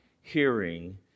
hearing